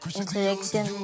interaction